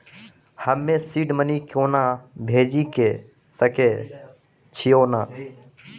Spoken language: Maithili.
हम्मे सीड मनी कोना भेजी सकै छिओंन